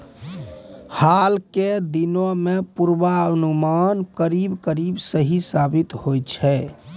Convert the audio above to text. हाल के दिनों मॅ पुर्वानुमान करीब करीब सही साबित होय छै